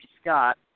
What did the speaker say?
Scott